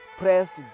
Pressed